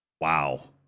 Wow